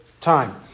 time